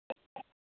हाँ